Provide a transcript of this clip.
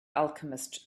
alchemist